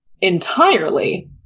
entirely